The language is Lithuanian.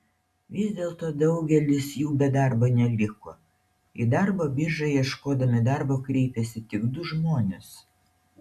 vis dėlto daugelis jų be darbo neliko į darbo biržą ieškodami darbo kreipėsi tik du žmonės